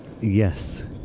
yes